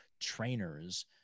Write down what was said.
trainers